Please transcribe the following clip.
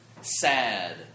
sad